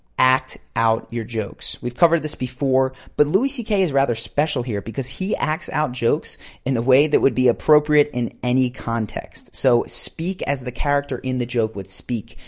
act out your jokes. we've covered this before but louis c k. is rather special here because he acts out jokes in the way that would be appropriate in any context. so speak as the character in the joke would speak,